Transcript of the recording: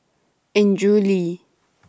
Andrew Lee